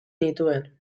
nituen